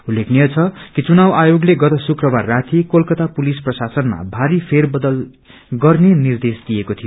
उल्लेखनीय छ कि चुनाव आयोगले गत शुक्रबार राति कोलकाता पुलिस प्रशासनमा भारी फेरबदल गर्ने निद्रेश दिएको थियो